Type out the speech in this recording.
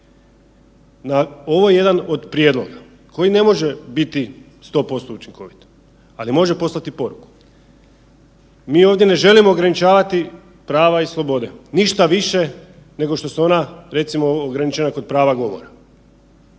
Ovo je jedan od prijedloga koji ne može biti 100% učinkovit, ali može poslati poruku. Mi ovdje ne želimo ograničavati prava i slobode, ništa više nego što su ona recimo ograničena kod prava govora.